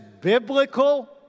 biblical